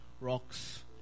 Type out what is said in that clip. rocks